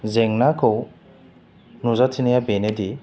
जेंनाखौ नुजाथिनाया बेनोदि